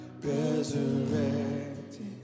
resurrected